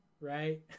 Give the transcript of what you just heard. right